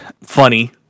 funny